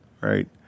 right